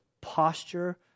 posture